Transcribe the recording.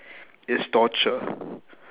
is torture